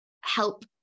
help